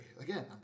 Again